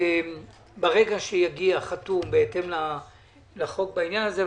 ברגע שיגיע חתום בהתאם לחוק בעניין הזה,